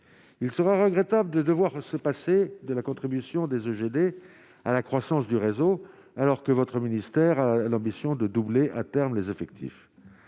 il serait regrettable de devoir se passer de la contribution des hauts GD à la croissance du réseau, alors que votre ministère, l'ambition de doubler à terme les effectifs